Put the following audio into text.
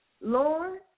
Lord